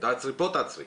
פה תעצרי.